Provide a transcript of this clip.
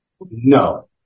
No